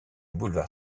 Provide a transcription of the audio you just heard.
boulevard